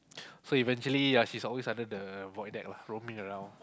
so eventually ya she's always under the void deck lah roaming around